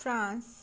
France